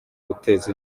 guteza